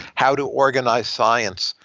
how to organize science?